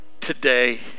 today